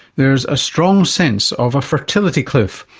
there's a strong sense of a fertility cliff,